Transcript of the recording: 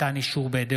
(מתן אישור בידי